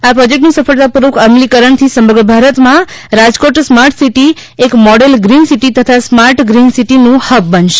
આ પ્રોજેક્ટનું સફળતાપૂર્વક અમલીકરણથી સમગ્ર ભારતમાં રાજકોટ સ્માર્ટ સીટી એક મોડેલ ગ્રીન સીટી તથા સ્માર્ટ ગ્રીન સીટીનું હબ બનશે